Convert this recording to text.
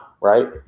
right